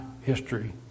history